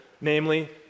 namely